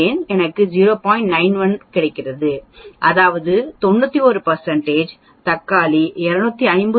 91 கிடைக்கிறது அதாவது 91 தக்காளி 250